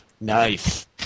Nice